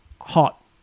hot